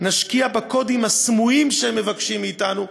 נשקיע בקודים הסמויים שהם מבקשים מאתנו,